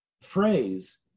phrase